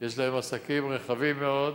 יש להם עסקים רחבים מאוד,